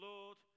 Lord